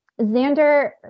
Xander